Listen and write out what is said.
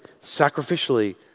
sacrificially